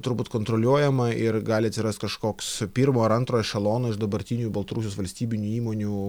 turbūt kontroliuojama ir gali atsirast kažkoks pirmo ar antro ešelono iš dabartinių baltarusijos valstybinių įmonių